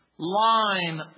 Line